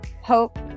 hope